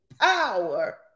Power